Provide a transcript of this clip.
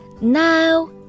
Now